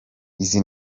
izi